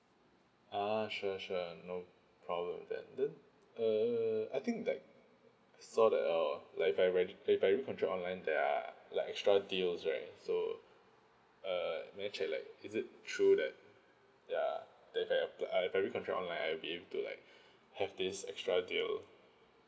ah sure sure no problem with that then uh I think that I saw that err like if I re~ like if I recontrat online there are like extra deals right so uh may I check like is it true that ya that if I app~ uh if I recontract online I'll be able to like have this extra deal